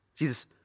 Jesus